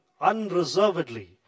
unreservedly